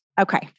Okay